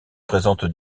présentent